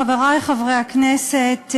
חברי חברי הכנסת,